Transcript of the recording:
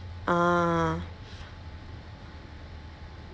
ah